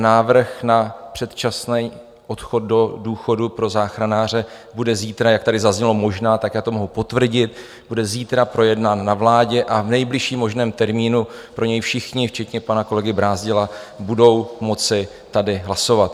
Návrh na předčasný odchod do důchodu pro záchranáře bude zítra, jak tady zaznělo možná, tak to mohu potvrdit, bude zítra projednán na vládě a v nejbližším možném termínu pro něj všichni včetně pana kolegy Brázdila budou moci tady hlasovat.